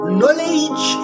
knowledge